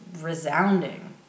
resounding